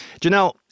Janelle